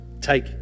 take